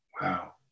Wow